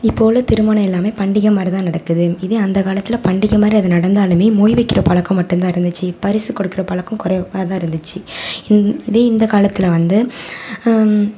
இப்போது உள்ள திருமணம் எல்லாமே பண்டிகை மாதிரி தான் நடக்குது இதே அந்த காலத்தில் பண்டிகை மாதிரி அது நடந்தாலுமே மொய் வைக்கிற பழக்கம் மட்டும் தான் இருந்துச்சு பரிசு கொடுக்கிற பழக்கம் குறைவா தான் இருந்துச்சு இதே இந்த காலத்தில் வந்து